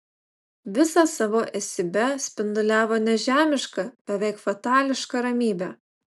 visą savo esybe spinduliavo nežemišką beveik fatališką ramybę